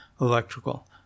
electrical